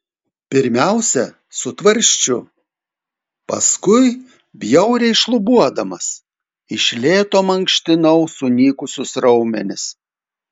pirmiausia su tvarsčiu paskui bjauriai šlubuodamas iš lėto mankštinau sunykusius raumenis